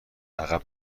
عقب